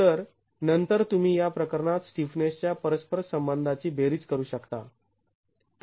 तर नंतर तुम्ही या प्रकरणात स्टिफनेसच्या परस्पर संबंधांची बेरीज करू शकता